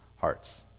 hearts